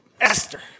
Esther